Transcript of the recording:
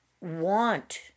want